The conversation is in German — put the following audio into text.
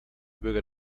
bürger